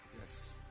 Yes